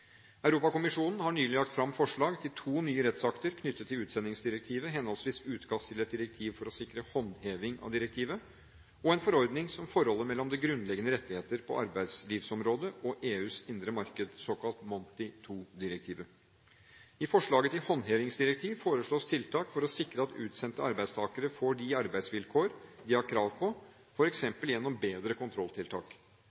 Europakommisjonen har nylig lagt fram forslag til to nye rettsakter knyttet til utsendingsdirektivet, henholdsvis utkast til et direktiv for å sikre håndheving av direktivet og en forordning om forholdet mellom de grunnleggende rettigheter på arbeidslivsområdet og EUs indre marked, det såkalte Monti II-direktivet. I forslaget til håndhevingsdirektiv foreslås tiltak for å sikre at utsendte arbeidstakere får de arbeidsvilkår de har krav på,